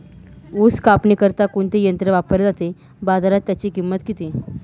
ऊस कापणीकरिता कोणते यंत्र वापरले जाते? बाजारात त्याची किंमत किती?